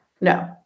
No